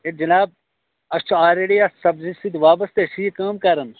ہے جناب أسۍ چھِ آلریڈی اتھ سبزی سۭتۍ وابستہٕ أسۍ چھِ یہِ کٲم کَران